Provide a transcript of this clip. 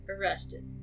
arrested